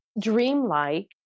dreamlike